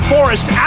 Forest